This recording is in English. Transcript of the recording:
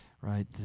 right